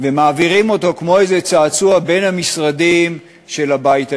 ומעבירים אותו כמו איזה צעצוע בין המשרדים של הבית היהודי.